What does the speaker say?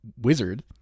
wizard